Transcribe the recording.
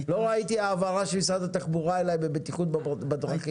לא ראיתי העברה של משרד התחבורה אליי בבטיחות בדרכים.